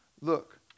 Look